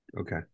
Okay